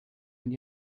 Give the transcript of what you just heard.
and